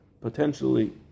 potentially